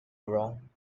wrong